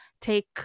take